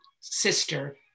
sister